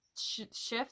shift